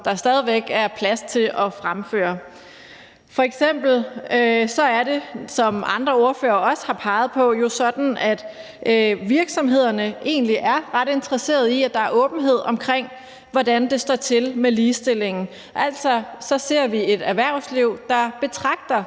der stadig væk er plads til at fremføre. F.eks. er det jo sådan – som andre ordførere også har peget på – at virksomhederne egentlig er ret interesserede i, at der er åbenhed omkring, hvordan det står til med ligestillingen. Altså, vi ser et erhvervsliv, der betragter